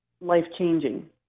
life-changing